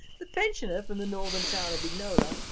the pensioner, from the northern town of vignola,